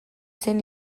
zen